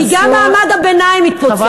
כי גם מעמד הביניים התפוצץ.